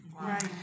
Right